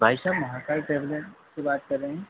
भाई साहब महाकाल ट्रैवलर से बात कर रहे हैं